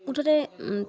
মুঠতে